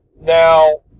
Now